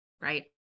right